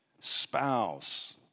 spouse